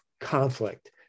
conflict